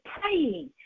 praying